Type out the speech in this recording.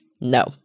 No